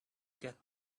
get